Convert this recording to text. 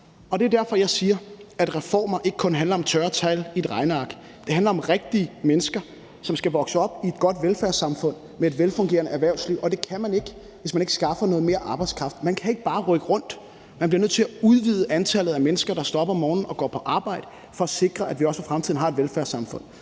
Og det er derfor, jeg siger, at reformer ikke kun handler om tørre tal i et regneark; det handler om rigtige mennesker, som skal vokse op i et godt velfærdssamfund med et velfungerende erhvervsliv. Og det kan man ikke, hvis man ikke skaffer noget mere arbejdskraft. Man kan ikke bare rykke rundt; man bliver nødt til at øge antallet af mennesker, der står op om morgenen og går på arbejde, for at sikre, at vi også i fremtiden har et velfærdssamfund.